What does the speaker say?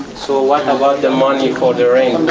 so what about the money for the rent?